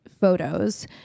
photos